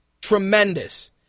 tremendous